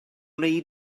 wnei